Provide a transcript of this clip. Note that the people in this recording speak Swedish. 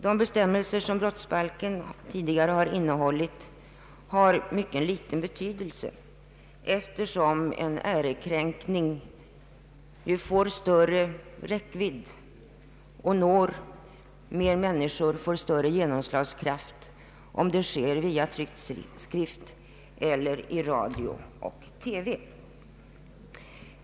De bestämmelser som brottsbalken tidigare innehållit har mycket liten betydelse, eftersom en ärekränkning får större räckvidd, når fler människor och får större genomslagskraft om det sker via tryckt skrift eller i radio-TV.